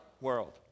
world